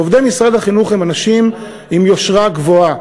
עובדי משרד החינוך הם אנשים עם יושרה גבוהה,